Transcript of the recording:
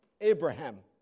Abraham